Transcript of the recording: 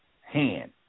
hand